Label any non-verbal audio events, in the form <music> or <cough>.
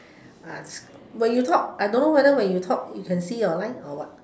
<noise> when you talk I don't know whether when you talk you can see your line or what